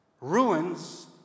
Ruins